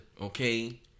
Okay